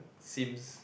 Sims